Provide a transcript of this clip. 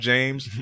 James